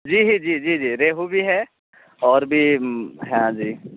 جی جی جی جی ریہو بھی ہے اور بھی ہاں جی